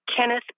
Kenneth